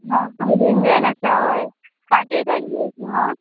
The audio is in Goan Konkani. आ रिंजन आसा हय काटे कण बी आसा